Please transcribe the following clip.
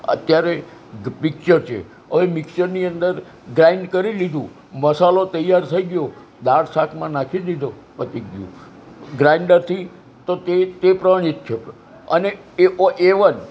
અત્યારે પિક્ચર છે હવે મિક્સરની અંદર ગ્રાઇન્ડ કરી લીધું મસાલો તૈયાર થઈ ગયો દાળ શાકમાં નાખી દીધો પતી ગયું ગ્રાઈન્ડરથી તો તે તે પ્રમાણે અને એ એવન